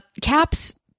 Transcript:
Cap's